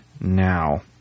now